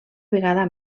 vegada